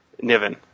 Niven